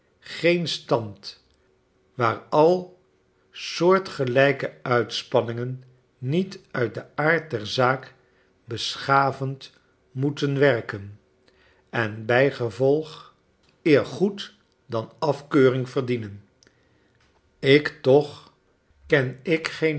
geen stand waar al soortgelyke uitspanningen niet uit den aard der zaak beschavend moeten werken en bijgevolg eer goed dan afkeuring verdienen ik toch ken ik geen